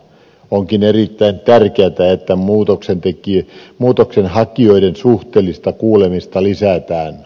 onkin erittäin tärkeätä että muutoksenhakijoiden suhteellista kuulemista lisätään